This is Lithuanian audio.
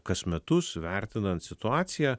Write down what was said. kas metus vertinant situaciją